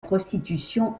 prostitution